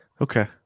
Okay